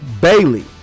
Bailey